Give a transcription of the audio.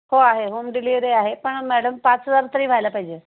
हो आहे home delivery आहे पण मॅडम पाच हजार तरी व्हायला पाहिजे